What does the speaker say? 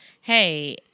hey